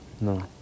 No